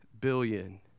billion